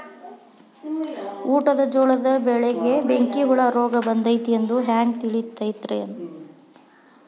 ಊಟದ ಜೋಳದ ಬೆಳೆಗೆ ಬೆಂಕಿ ಹುಳ ರೋಗ ಬಂದೈತಿ ಎಂದು ಹ್ಯಾಂಗ ತಿಳಿತೈತರೇ?